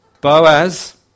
Boaz